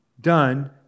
done